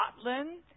Scotland